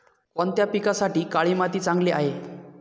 कोणत्या पिकासाठी काळी माती चांगली आहे?